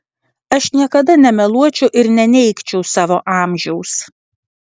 aš niekada nemeluočiau ir neneigčiau savo amžiaus